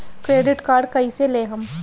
Credit card कईसे लेहम?